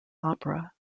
opera